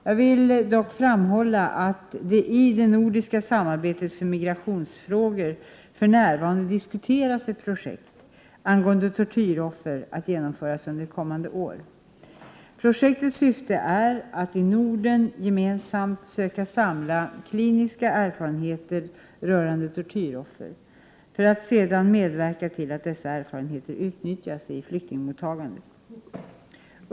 Jag vill dock framhålla att det i det nordiska samarbetet för migrationsfrågor för närvarande diskuteras att genomföra ett projekt angående tortyroffer under kommande år. Projektets syfte är att i Norden gemensamt söka samla kliniska erfarenheter rörande tortyroffer, för att sedan medverka till att dessa erfarenheter utnyttjas i flyktingmottagandet.